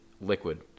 liquid